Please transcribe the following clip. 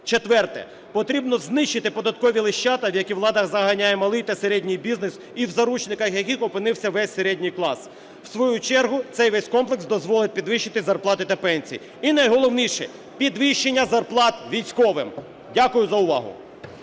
Четверте. Потрібно знищити податкові лещата, в які влада заганяє малий та середній бізнес і в заручниках яких опинився весь середній клас. У свою чергу цей весь комплекс дозволить підвищити зарплати та пенсії. І найголовніше – підвищення зарплат військовим. Дякую за увагу.